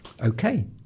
Okay